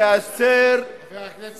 אי-אפשר, ?